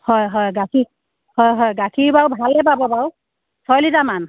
হয় হয় গাখীৰ হয় হয় গাখীৰ বাৰু ভালে পাব বাৰু ছয় লিটাৰ মান